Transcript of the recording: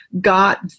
got